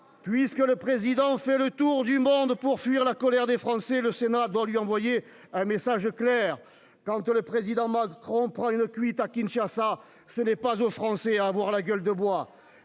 de la République fait le tour du monde pour fuir la colère des Français, le Sénat doit lui envoyer un message clair : quand Emmanuel Macron prend une cuite à Kinshasa, ce n'est pas aux Français d'avoir la gueule de bois